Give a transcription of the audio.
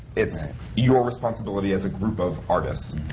it's your responsibility as a group of artists.